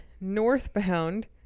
northbound